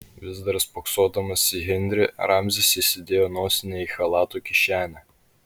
vis dar spoksodamas į henrį ramzis įsidėjo nosinę į chalato kišenę